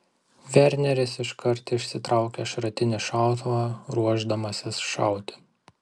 verneris iškart išsitraukia šratinį šautuvą ruošdamasis šauti